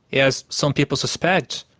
as some people suspect,